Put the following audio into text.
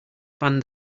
fan